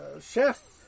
Chef